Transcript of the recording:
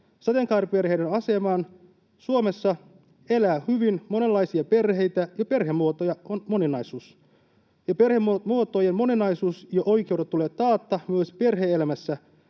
sateenkaariperheiden asemaan. Suomessa elää hyvin monenlaisia perheitä, ja perhemuotojen moninaisuus ja oikeudet tulee taata myös perhe-elämässä.